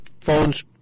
phones